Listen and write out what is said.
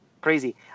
Crazy